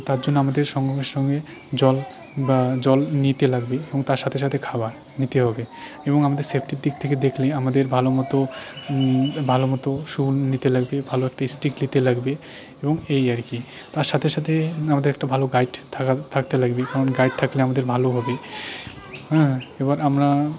তার জন্য আমাদের সঙ্গমের সঙ্গে জল বা জল নিতে লাগবে এবং তার সাথে সাথে খাবার নিতে হবে এবং আমাদের সেফ্টির দিক থেকে দেখলে আমাদের ভালো মতো ভালো মতো শু নিতে লাগবে ভালো একটা স্টিক নিতে লাগবে এবং এই আর কি তার সাথে সাথে আমাদের একটা ভালো গাইড থাকা থাকতে লাগবে কারণ গাইড থাকলে আমাদের ভালো হবে হ্যাঁ এবার আমরা